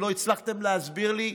ולא הצלחתם להסביר לי,